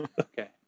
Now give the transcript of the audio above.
Okay